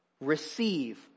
receive